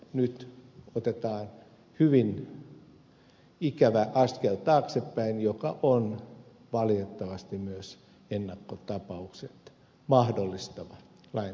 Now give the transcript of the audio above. nyt otetaan taaksepäin hyvin ikävä askel joka on valitettavasti myös ennakkotapaukset mahdollistava lainsäädäntö